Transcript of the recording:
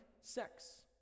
sex